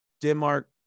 Denmark